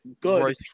good